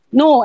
No